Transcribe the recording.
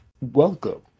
Welcome